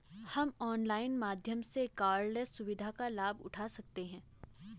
हम ऑनलाइन माध्यम से कॉर्डलेस सुविधा का लाभ उठा सकते हैं